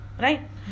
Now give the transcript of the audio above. Right